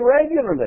regularly